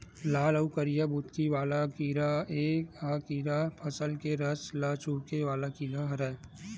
लाल अउ करिया बुंदकी वाला कीरा ए ह कीरा फसल के रस ल चूंहके वाला कीरा हरय